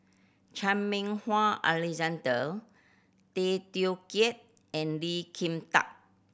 Chan Meng Wah Alexander Tay Teow Kiat and Lee Kin Tat